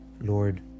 Lord